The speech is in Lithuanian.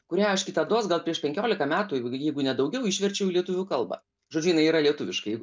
kurią aš kitados gal prieš penkiolika metų jei jeigu ne daugiau išverčiau lietuvių kalba žodžiu jinai yra lietuviška